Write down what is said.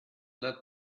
let